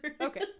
Okay